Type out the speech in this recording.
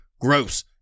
Gross